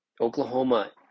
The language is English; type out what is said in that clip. Oklahoma